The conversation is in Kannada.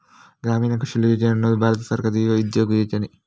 ಗ್ರಾಮೀಣ ಕೌಶಲ್ಯ ಯೋಜನೆ ಅನ್ನುದು ಭಾರತ ಸರ್ಕಾರದ ಯುವ ಉದ್ಯೋಗ ಯೋಜನೆ